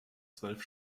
zwölf